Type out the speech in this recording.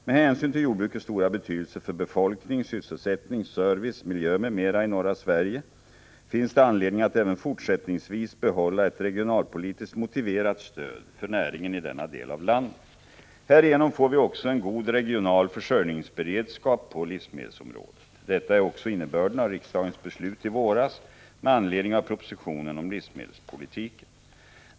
Med hänsyn till jordbrukets stora betydelse för befolkning, sysselsättning, service, miljö m.m. i norra Sverige finns det anledning att även fortsättningsvis behålla ett regionalpolitiskt motiverat stöd för näringen i denna del av landet. Härigenom får vi också en god regional försörjningsberedskap på livsmedelsområdet. Detta är också innebörden av riksdagens beslut i våras med anledning av propositionen om livsmedelspolitiken.